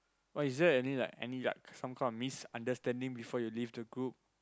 but is there any like any like some kind of misunderstanding before you leave the group